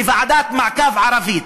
כוועדת המעקב הערבית,